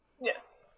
Yes